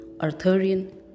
Arthurian